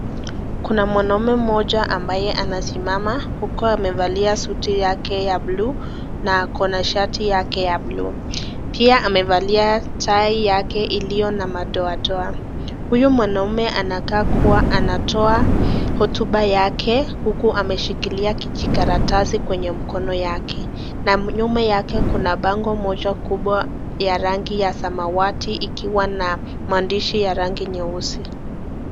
Kwa mwanaume mmoja ambaye amesimama huko amevalia suti yake ya blue na ako na shati yake ya blue .pia amevalia tai yake iliyo na madoadoa. Huyu mwanaume anakaa kuwa anatoa hotuba yake huku ameshikilia kijikaratasi kwenye mkono yake. Na nyuma yake kuna bango moja kubwa ya rangi ya samawati ikiwa na maandishi ya rangi nyeusi .